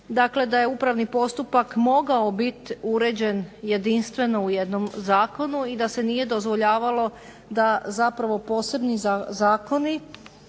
Dakle, da je upravni postupak mogao biti uređen jedinstveno u jednom zakonu i da se nije dozvoljavalo da zapravo posebni zakoni